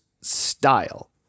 style